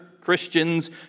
Christians